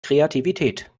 kreativität